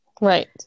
Right